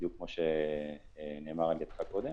בדיוק כמו שנאמר על ידך קודם.